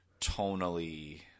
tonally